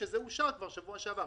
שזה אושר כבר בשבוע שעבר.